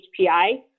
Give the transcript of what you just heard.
HPI